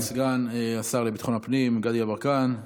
תודה רבה לסגן השר לביטחון הפנים גדי יברקן.